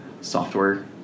software